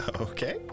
Okay